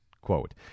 quote